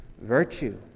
virtue